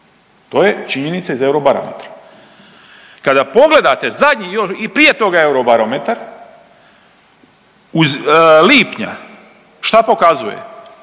to je činjenica iz Eurobarometra. Kada pogledate zadnji i prije toga Eurobarometa iz lipnja, šta pokazuje?